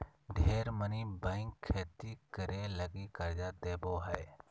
ढेर मनी बैंक खेती करे लगी कर्ज देवो हय